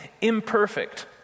imperfect